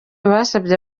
basabye